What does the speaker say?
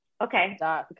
Okay